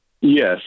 Yes